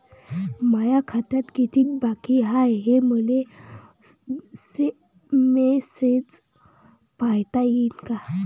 माया खात्यात कितीक बाकी हाय, हे मले मेसेजन पायता येईन का?